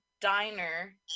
diner